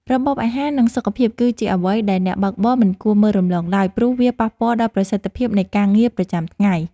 របបអាហារនិងសុខភាពគឺជាអ្វីដែលអ្នកបើកបរមិនគួរមើលរំលងឡើយព្រោះវាប៉ះពាល់ដល់ប្រសិទ្ធភាពនៃការងារប្រចាំថ្ងៃ។